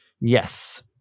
Yes